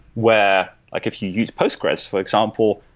where like if you use postgres, for example,